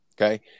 Okay